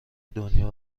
دنیا